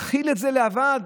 להחיל את זה להבא,